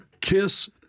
Kiss